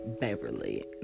Beverly